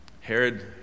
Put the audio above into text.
Herod